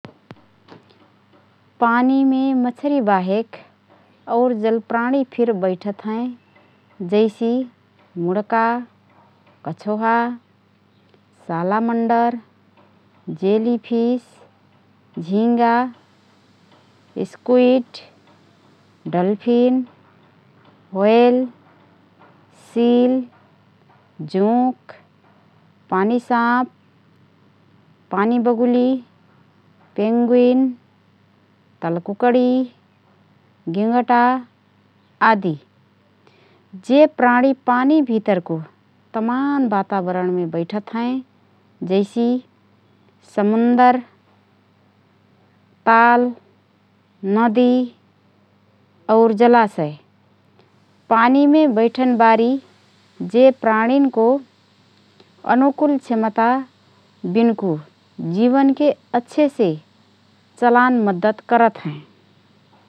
पानीमे मछरी बाहेक औरु जल प्राणी फिर बैठत हएँ । जैसि: मुड़का, कछोहा, सलामान्डर, जेलीफिस, झिंगा, स्क्विड, डल्फिन, व्हेल, सील, जोँक, पानी साँप, पानी बगुलि, पेंगुइन, तलकुकड़ी, गिँगटा आदि । जे प्राणी पानी भितरको तमान वातावरणमे बैठत हएँ । जैसि: समुद्र, ताल, नदी, और जलाशय । पानीमे बैठनबारी जे प्राणीनको अनुकूलन क्षमता बिनको जीवनके अच्छेसे चलान मद्दत करत हए ।